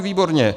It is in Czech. Výborně.